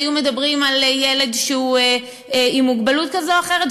והיו מדברים על ילד שהוא עם מוגבלות כזאת או אחרת,